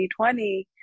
2020